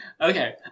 Okay